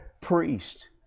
priest